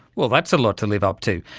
well, that's a lot to live up to!